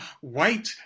white